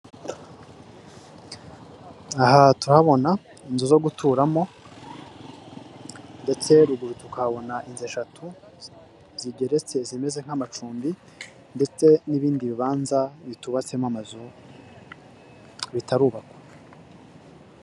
Aha turahabona inzu zo guturamo ndetse ruguru tukahabona inzu eshatu zigeretse zimeze nk'amacumbi ndetse n'ibindi bibanza bitubatsemo amazu bitarubakwa.